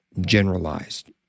generalized